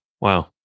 Wow